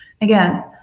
again